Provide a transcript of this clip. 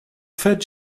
faite